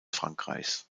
frankreichs